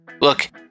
Look